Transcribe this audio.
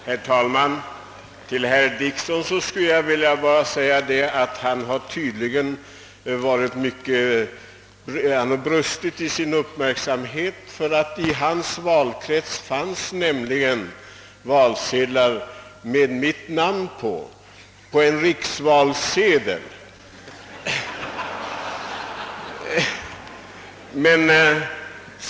Herr talman! Till herr Dickson skulle jag bara vilja säga att han tydligen har brustit i sin uppmärksamhet. I hans valkrets fanns nämligen valsedlar med mitt namn — på en riksvalsedel.